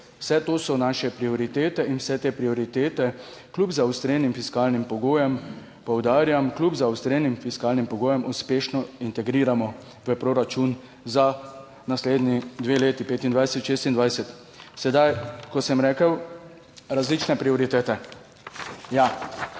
Vse to so naše prioritete in vse te prioritete kljub zaostrenim fiskalnim pogojem, poudarjam, kljub zaostrenim fiskalnim pogojem uspešno integriramo v proračun za naslednji 2 leti 2025, 2026." Sedaj kot sem rekel, različne prioritete.